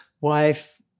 wife